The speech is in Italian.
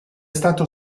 stato